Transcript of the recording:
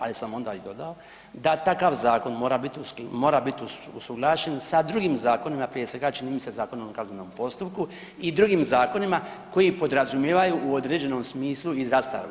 Ali sam onda i dodao da takav zakon mora biti usuglašen sa drugim zakonima, prije svega čini mi se Zakonom o kaznenom postupku i drugim zakonima koji podrazumijevaju u određenom smislu i zastaru.